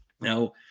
Now